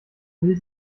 will